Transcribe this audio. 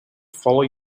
follow